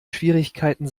schwierigkeiten